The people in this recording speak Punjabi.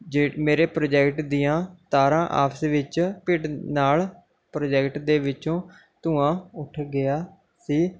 ਜੇ ਮੇਰੇ ਪ੍ਰੋਜੈਕਟ ਦੀਆਂ ਤਾਰਾਂ ਆਪਸ ਵਿੱਚ ਭਿੜਨ ਨਾਲ ਪ੍ਰੋਜੈਕਟ ਦੇ ਵਿੱਚੋਂ ਧੂੰਆਂ ਉੱਠ ਗਿਆ ਸੀ